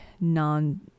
non